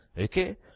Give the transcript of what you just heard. Okay